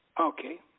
Okay